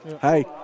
Hey